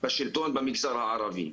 בשלטון במגזר הערבי.